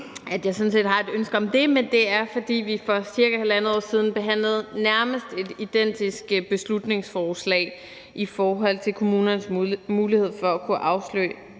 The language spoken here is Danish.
jeg sådan set har et ønske om det, men det er, fordi vi for cirka halvandet år siden behandlede et nærmest identisk beslutningsforslag i forhold til kommunernes mulighed for at kunne afslå